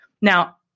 Now